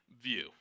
view